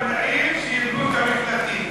בנאים שיבנו את המקלטים.